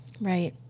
Right